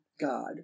God